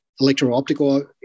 electro-optical